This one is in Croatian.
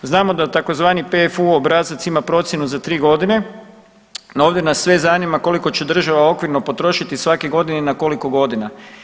Znamo da tzv. PFU obrazac ima procjenu za 3 godine, no ovdje nas sve zanima koliko će država okvirno potrošiti svake godine i na koliko godina.